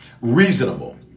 Reasonable